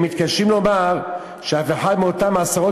הם מתקשים לומר שאף אחד מאותם עשרות